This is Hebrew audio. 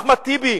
אחמד טיבי,